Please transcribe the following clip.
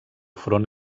front